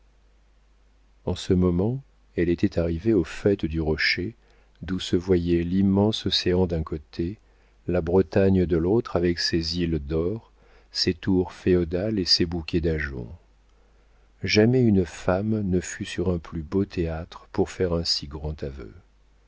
en ce moment elle était arrivée au faîte du rocher d'où se voyaient l'immense océan d'un côté la bretagne de l'autre avec ses îles d'or ses tours féodales et ses bouquets d'ajoncs jamais une femme ne fut sur un plus beau théâtre pour faire un si grand aveu